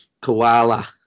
Koala